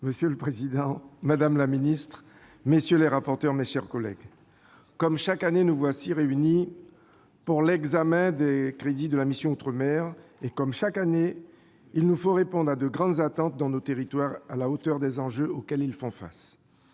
Monsieur le président, madame la ministre, mes chers collègues, comme chaque année, nous voici réunis pour l'examen des crédits de la mission « Outre-mer ». Comme chaque année, il nous faut répondre à de grandes attentes dans nos territoires, à la hauteur des enjeux auxquels ils font face.